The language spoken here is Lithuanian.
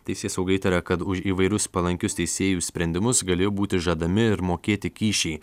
teisėsauga įtaria kad už įvairius palankius teisėjų sprendimus galėjo būti žadami ir mokėti kyšiai